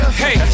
hey